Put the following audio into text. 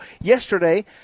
Yesterday